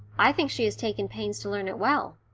i think she has taken pains to learn it well.